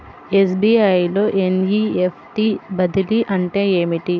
SBI లో NEFT బదిలీ అంటే ఏమిటి?